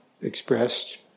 expressed